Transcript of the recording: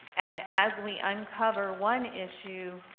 and as we uncover one issue,